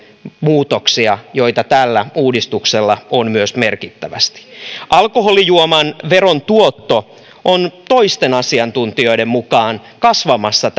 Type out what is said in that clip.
muutoksia joita tällä uudistuksella on myös merkittävästi alkoholijuoman veron tuotto on toisten asiantuntijoiden mukaan kasvamassa